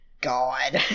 God